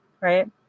right